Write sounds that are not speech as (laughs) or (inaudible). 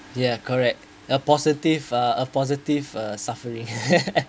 ya correct uh positive uh positive uh suffering (laughs)